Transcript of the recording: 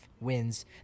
wins